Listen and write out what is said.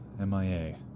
MIA